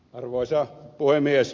arvoisa puhemies